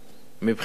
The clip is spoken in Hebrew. מבחינתה